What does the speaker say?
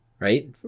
Right